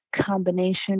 combination